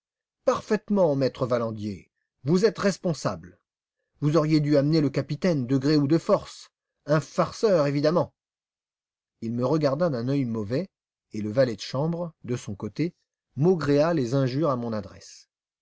parfaitement maître valandier vous êtes responsable vous auriez dû amener le capitaine de gré ou de force un farceur évidemment il me regarda d'un œil mauvais et le valet de chambre de son côté maugréa des injures à mon adresse